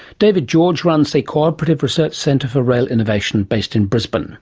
david george runs the cooperative research centre for rail innovation based in brisbane